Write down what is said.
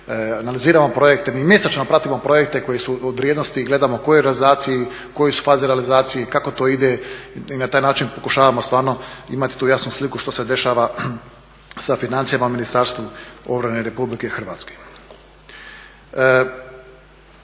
analiziramo projekte, mi mjesečno pratimo projekte koji su od vrijednosti i gledamo u kojoj su fazi realizacije i kako to ide i na taj način pokušavamo stvarno imati tu jasnu sliku što se dešava sa financijama u Ministarstvu obrane RH.